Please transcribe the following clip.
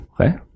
Okay